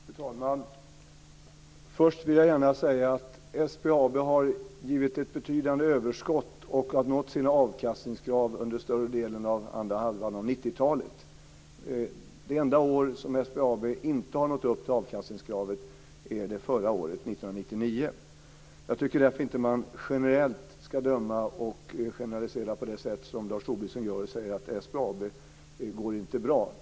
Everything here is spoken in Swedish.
Fru talman! Först vill jag gärna säga att SBAB har gett ett betydande överskott och har nått sina avkastningskrav under större delen av andra halvan av 90 talet. Det enda år som SBAB inte har nått upp till avkastningskravet är förra året, 1999. Jag tycker därför inte att man generellt ska döma och generalisera på det sätt som Lars Tobisson gör och säga att SBAB inte går bra.